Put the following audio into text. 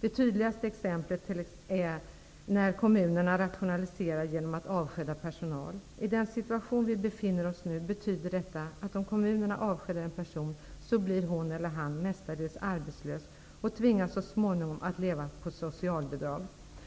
Det tydligaste exemplet är när kommunerna rationaliserar genom att avskeda personal. Om en kommun i den situation som vi nu befinner oss i avskedar en person betyder detta mestadels att hon eller han blir arbetslös och så småningom tvingas att leva på socialbidrag.